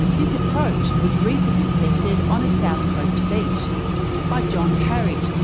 this approach was recently tested on a south coast beach by john carriage,